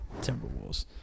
Timberwolves